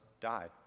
died